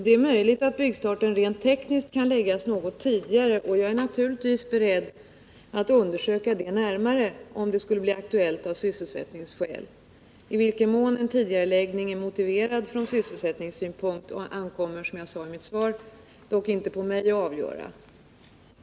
Det är möjligt att byggstarten rent tekniskt kan läggas något tidigare, och jag är naturligtvis beredd att undersöka det närmare om det skulle bli aktuellt av sysselsättningsskäl. I vilken mån tidigareläggning är motiverad från sysselsättningssynpunkt ankommer, som jag sade i mitt svar, dock inte på mig att avgöra.